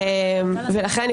ולכן,